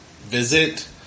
visit